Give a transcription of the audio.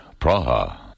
Praha